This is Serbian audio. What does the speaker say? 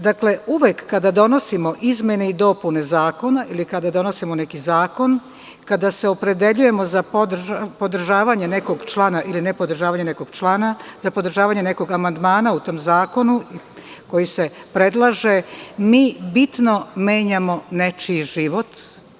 Dakle, uvek kada donosimo izmene i dopune zakona ili kada donosimo neki zakon, kada se opredeljujemo za podržavanje nekog člana ili nepodržavanje nekog člana, za podržavanje nekog amandmana u tom zakonu koji se predlaže, mi bitno menjamo nečiji život.